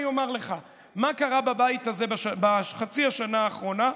אני אומר לך מה קרה בבית הזה בחצי השנה האחרונה.